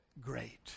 great